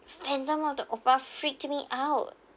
phantom of the opera freaked me out